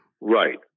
Right